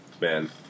Man